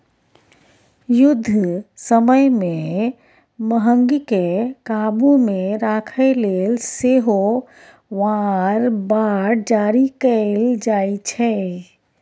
युद्ध समय मे महगीकेँ काबु मे राखय लेल सेहो वॉर बॉड जारी कएल जाइ छै